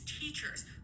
teachers